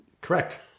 Correct